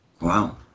Wow